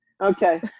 okay